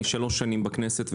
אני שלוש שנים בכנסת,